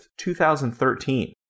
2013